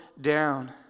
down